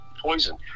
poison